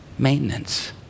Maintenance